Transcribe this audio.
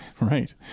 Right